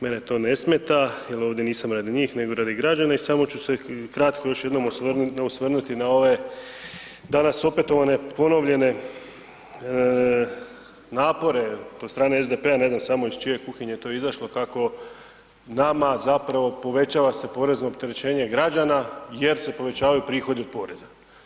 Mene to ne smeta jer ovdje nisam radi njih nego radi građana i samo ću se kratko još jednom osvrnuti na ove, danas opet ponovljene napore od strane SDP-a, ne znam samo iz čije kuhinje je to izašlo tako nama zapravo povećava se porezno opterećenje građana jer se povećavaju prihodi od poreza.